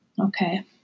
Okay